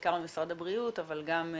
בעיקר ממשרד הבריאות אבל גם מעצמנו.